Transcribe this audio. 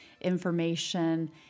information